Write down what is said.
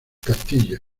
castilla